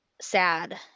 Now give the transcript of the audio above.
sad